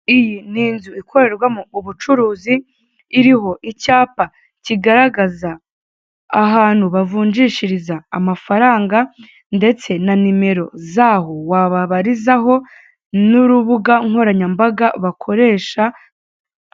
Iyi ni inzu ikorerwamo ubucuruzi iriho icyapa kigaragaza ahantu bacururiza amafaranga, ndetse na nimero zabo wababarizaho n'urubugankoranyambaga bakoresha.